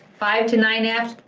five to nine apps,